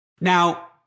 Now